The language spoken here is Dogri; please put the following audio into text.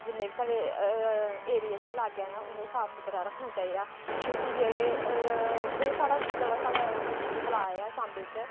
जिन्ने बी साढ़े एरिये च लाग्गै न उ'नें गी साफ सुथरा रक्खना चाहिदा क्योंकि जेह्ड़े ओह् जेह्ड़ा साढ़ा मंडी च तलाऽ ऐ सांबे च